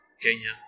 Kenya